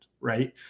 right